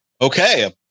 Okay